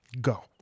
Go